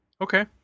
Okay